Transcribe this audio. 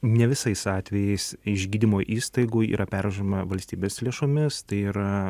ne visais atvejais iš gydymo įstaigų yra pervežama valstybės lėšomis tai yra